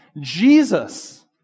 Jesus